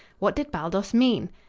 what did baldos mean?